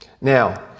Now